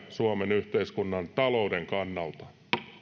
suomen yhteiskunnan talouden kannalta